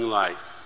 life